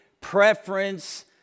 preference